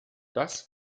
das